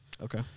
Okay